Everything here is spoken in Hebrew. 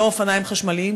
לא אופניים חשמליים,